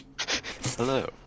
Hello